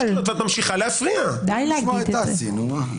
יש הנחיה של היועץ המשפטי לממשלה איך פועלים והיא מתבססת